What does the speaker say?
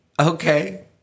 Okay